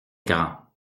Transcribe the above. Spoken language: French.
grands